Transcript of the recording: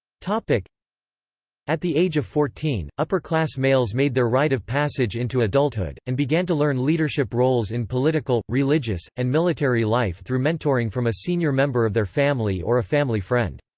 like at the age of fourteen, upperclass males made their rite of passage into adulthood, and began to learn leadership roles in political, religious, and military life through mentoring from a senior member of their family or a family friend.